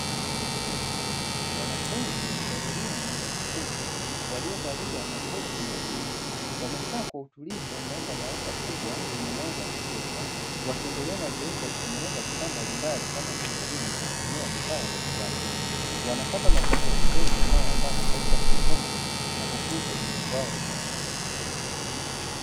Wanafunzi wa elimu ya ufundi waliovalia makoti ya bluu, wamekaa kwa utulivu ndani ya darasa kubwa lenye mwanga wa kutosha, wakiendelea na zoezi la kutengeneza vifaa mbalimbali, kama vile simu, kwa kutumia vifaa vya kisasa, wanapata mafunzo ya vitendo yanayowaandaa kwa kazi za kiufundi, na kukuza ubunifu wao binafsi.